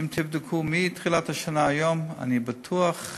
ואם תבדקו מתחילת השנה עד היום, אני בטוח,